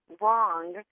wrong